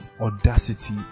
audacity